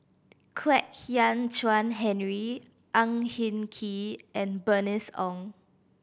Kwek Hian Chuan Henry Ang Hin Kee and Bernice Ong